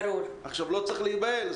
לא צריך להיבהל,